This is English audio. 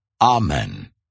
Amen